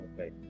okay